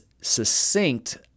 succinct